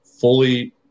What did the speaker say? fully